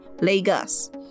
Lagos